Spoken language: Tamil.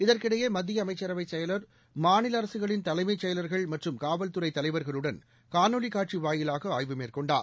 இதற்கிடையே மத்திய அமைச்சரவை செயலர் மாநில அரசுகளின் தலைமைச் செயலர்கள் மற்றும் காவல்துறை தலைவர்களுடன் காணொலி காட்சி வாயிலாக ஆய்வு மேற்கொண்டார்